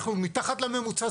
אנחנו מתחת לממוצע,